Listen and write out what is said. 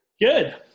Good